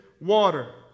water